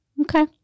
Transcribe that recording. Okay